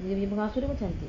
dia punya pengasuh pun cantik